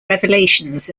revelations